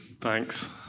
Thanks